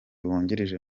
wungirije